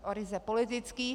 O ryze politický.